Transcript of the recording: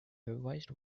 revised